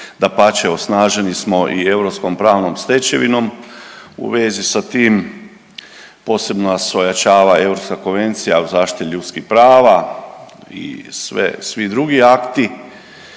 Dapače, osnaženi smo i europskom pravnom stečevinom u vezi sa tim. Posebno se ojačava Europska konvencija o zaštiti ljudskih prava i svi drugi akti,